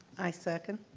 i second.